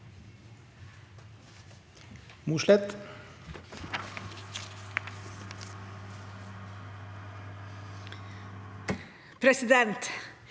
Presidenten